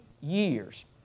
years